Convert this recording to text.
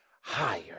higher